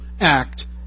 act